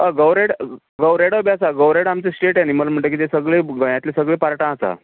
हय गवो रेडो गवो रेडो बी आसा गवो रेडो आमचो स्टेट एनिमल म्हणटरी सगळें गोंयातलो सगळें पार्टान आसा